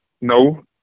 No